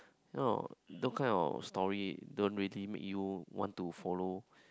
you know those kind of stories don't really made you want to follow